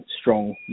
strong